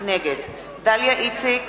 נגד דליה איציק,